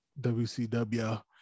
WCW